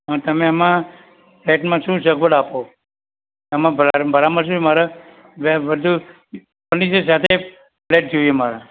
અને તમે એમાં ફ્લેટમાં શું સગવડ આપો એમાં ભાડામાં શું છે મારે જ્યાં બધું ફર્નિચર સાથે ફ્લેટ જોઈએ મારે